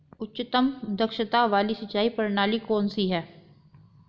उच्चतम दक्षता वाली सिंचाई प्रणाली कौन सी है?